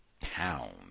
pound